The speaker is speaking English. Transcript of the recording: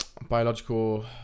biological